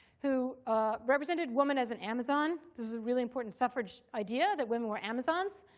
who represented woman as an amazon. this was a really important suffrage idea, that women were amazons.